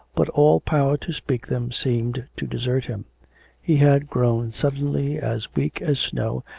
but all power to speak them seemed to desert him he had grown suddenly as weak as snow,